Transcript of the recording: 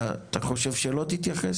אתה חושב שלא תתייחס?